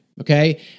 okay